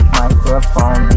microphone